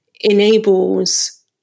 enables